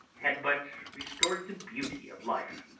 had but restored the beauty of life,